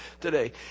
today